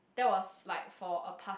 that was like for a past